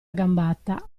gambata